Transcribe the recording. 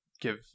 give